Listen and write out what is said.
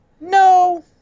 No